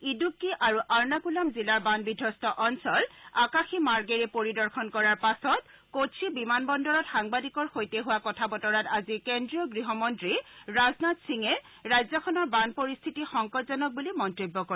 ইদুক্কি আৰু আৰ্ণকূলাম জিলাৰ বান বিধবস্ত অঞ্চল আকাশী মাৰ্গেৰে পৰিদৰ্শন কৰাৰ পাছত কোছি বিমানবন্দৰত সাংবাদিকৰ সৈতে হোৱা কথা বতৰাত আজি কেন্দ্ৰীয় গৃহমন্ত্ৰী ৰাজনাথ সিঙে ৰাজ্যখনৰ বান পৰিস্থিতি সংকটজনক বুলি মন্তব্য কৰে